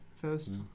first